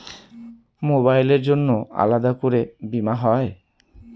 মোবাইলের জন্য আলাদা করে বীমা হয়?